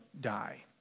die